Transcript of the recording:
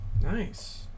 Nice